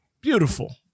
beautiful